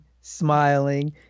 smiling